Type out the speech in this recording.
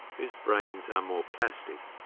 whose brains are more plastic.